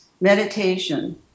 meditation